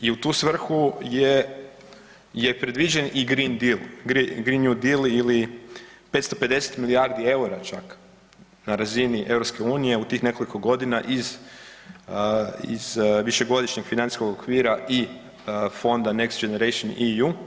I u tu svrhu je predviđen i Green new deal ili 550 milijardi eura čak na razini EU u tih nekoliko godina iz višegodišnjeg financijskog okvira i Fonda Next generation EU.